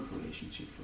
relationship